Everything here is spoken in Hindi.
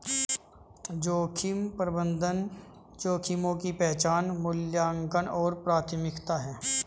जोखिम प्रबंधन जोखिमों की पहचान मूल्यांकन और प्राथमिकता है